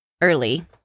early